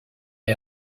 est